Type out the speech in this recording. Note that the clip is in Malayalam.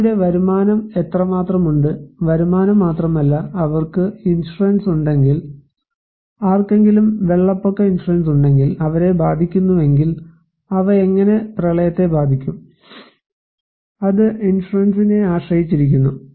വ്യക്തിയുടെ വരുമാനം എത്രമാത്രം ഉണ്ട് വരുമാനം മാത്രമല്ല അവർക്ക് ഇൻഷുറൻസ് ഉണ്ടെങ്കിൽ ആർക്കെങ്കിലും വെള്ളപ്പൊക്ക ഇൻഷുറൻസ് ഉണ്ടെങ്കിൽ അവരെ ബാധിക്കുന്നുവെങ്കിൽ അവഎങ്ങനെ പ്രളയത്തെ ബാധിക്കും അത് ഇൻഷുറൻസിനെ ആശ്രയിച്ചിരിക്കുന്നു